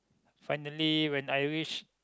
finally when I reach